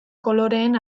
koloreen